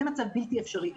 זה מצב בלתי אפשרי.